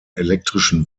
elektrischen